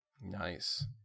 Nice